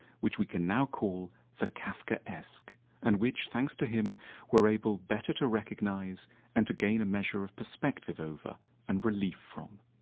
which we can now call the kafkaesque and which thanks to him we are able better to recognize and to gain a measure of perspective over and relief from.